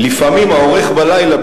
לפעמים העורך בלילה,